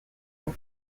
nom